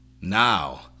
Now